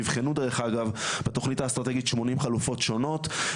נבחנו דרך אגב בתוכנית האסטרטגית 80 חלופות שונות,